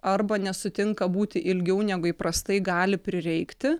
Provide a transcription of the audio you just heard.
arba nesutinka būti ilgiau negu įprastai gali prireikti